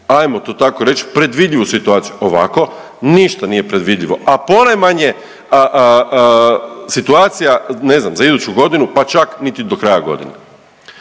ajmo to tako reć predvidljivu situaciju, ovako ništa nije predvidljivo, a ponajmanje situacija, ne znam za iduću godinu, pa čak niti do kraja godine.